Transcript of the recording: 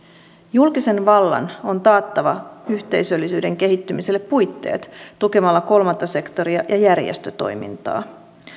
julkisen vallan on taattava yhteisöllisyyden kehittymiselle puitteet tukemalla kolmatta sektoria ja järjestötoimintaa